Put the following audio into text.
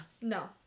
no